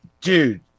dude